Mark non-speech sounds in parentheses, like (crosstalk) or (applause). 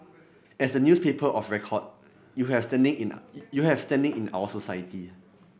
as the newspaper of record you have standing in (hesitation) you have standing in our society